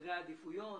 סדרי עדיפויות,